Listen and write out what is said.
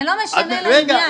זה לא משנה לעניין, אליהו.